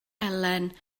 elen